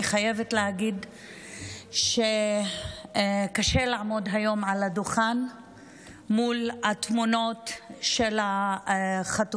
אני חייבת להגיד שקשה לעמוד היום על הדוכן מול התמונות של החטופים,